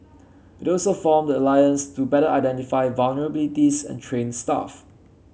it also formed the alliance to better identify vulnerabilities and train staff